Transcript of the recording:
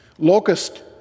Locust